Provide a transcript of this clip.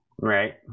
Right